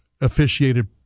officiated